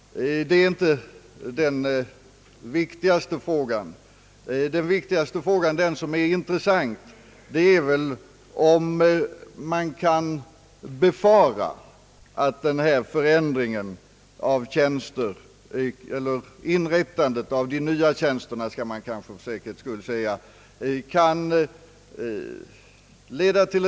Det är inte den viktigaste frågan. Den viktigaste frågan, den som är intressant, är om man kan befara att inrättandet av de nya tjänsterna kan leda till.